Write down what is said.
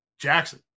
Jackson